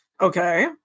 Okay